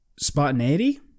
spontaneity